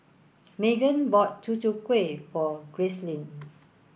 Maegan bought Tutu Kueh for Gracelyn